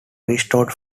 restored